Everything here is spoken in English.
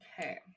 Okay